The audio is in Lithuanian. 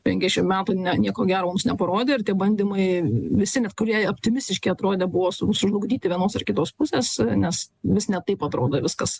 penki šių metų ne nieko gero mums neparodė ir tie bandymai visi net kurie optimistiški atrodė buvo su sužlugdyti vienos ar kitos pusės nes vis ne taip atrodo viskas